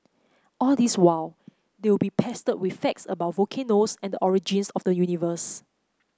all this while they would be pestered with facts about volcanoes and the origins of the universe